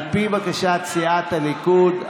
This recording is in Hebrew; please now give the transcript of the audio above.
על פי בקשת סיעת הליכוד,